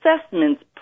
assessments